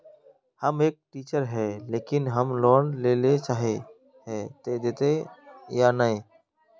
हम एक टीचर है लेकिन हम लोन लेले चाहे है ते देते या नय?